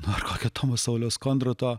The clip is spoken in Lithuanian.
ar kokio tomo sauliaus kondroto